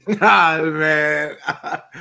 man